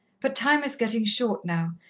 but time is getting short now,